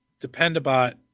dependabot